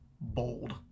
bold